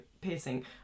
piercing